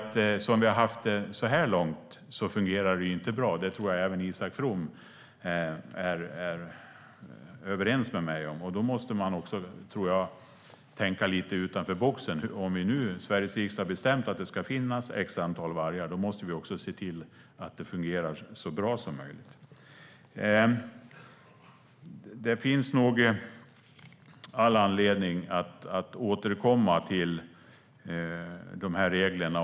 Som vi har haft det så här långt fungerar det nämligen inte bra, och det tror jag att även Isak From är överens med mig om. Då tror jag att man måste tänka lite utanför boxen. Om nu Sveriges riksdag har bestämt att det ska finnas ett visst antal vargar måste vi också se till att det fungerar så bra som möjligt. Det finns nog all anledning att återkomma till de här reglerna.